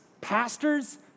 pastors